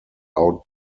out